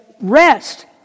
rest